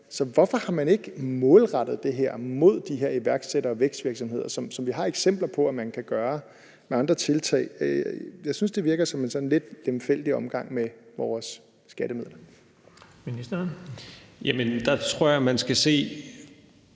Så hvorfor har man ikke målrettet det her mod de her iværksættere og vækstvirksomheder, sådan som vi har eksempler på at man kan gøre med andre tiltag? Jeg synes, det virker som sådan en lidt lemfældig omgang med vores skattemidler. Kl. 17:47 Den fg. formand (Erling